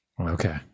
Okay